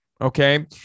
Okay